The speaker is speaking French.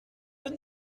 êtes